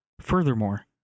Furthermore